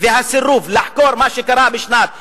והסירוב לחקור מה שקרה בשנת 1976,